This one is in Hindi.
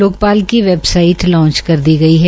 लोकपाल की वेबसाइट लांच कर दी गई है